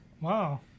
Wow